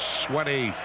sweaty